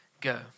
go